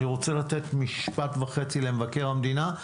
אני רוצה לתת משפט וחצי למבקר המדינה,